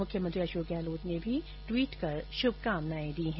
मुख्यमंत्री अशोक गहलोत ने भी ट्वीट कर शुभकामनाएं दी है